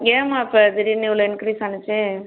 ஏன்மா இப்போ திடீர்ன்னு இவ்வளோ இன்க்ரீஸ் ஆணுச்சி